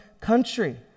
country